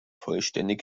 vollständig